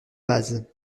base